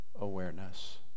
Awareness